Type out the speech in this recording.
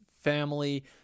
family